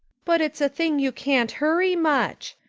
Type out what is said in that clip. but it's a thing you can't hurry much.